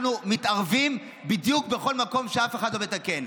אנחנו מתערבים בדיוק בכל מקום שאף אחד לא מתקן.